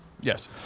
Yes